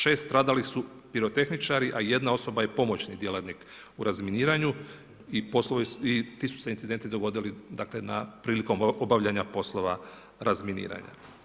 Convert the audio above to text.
6 stradalih su pirotehničari, a jedna osoba je pomoćni djelatnik u razminiranju i ti su se incidenti dogodili dakle, prilikom obavljanja poslova razminiranja.